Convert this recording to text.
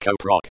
Coproc